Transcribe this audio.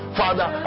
father